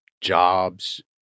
jobs